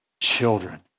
children